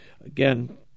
again